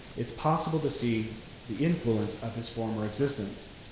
it's possible to see the influence of his former existence.